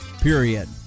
period